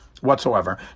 whatsoever